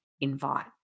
invite